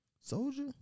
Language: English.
Soldier